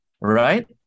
right